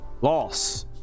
loss